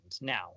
now